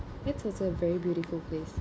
that's also a very beautiful place